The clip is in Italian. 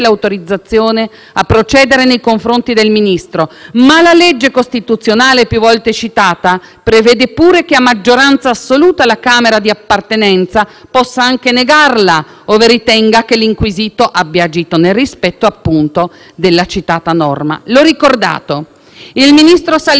prevede pure che, a maggioranza assoluta, la Camera di appartenenza possa anche negarla, ove ritenga che l'inquisito abbia agito nel rispetto della citata norma costituzionale. L'ho ricordato: il ministro Salvini, sin da subito, dichiarava di voler affrontare a viso aperto e senza *escamotage* il processo.